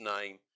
name